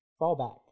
fallback